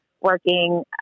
working